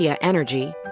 Energy